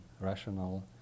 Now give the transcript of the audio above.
rational